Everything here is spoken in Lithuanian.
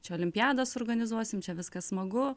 čia olimpiadą suorganizuosim čia viskas smagu